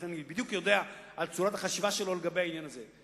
לכן אני יודע בדיוק מה צורת החשיבה שלו לגבי העניין הזה.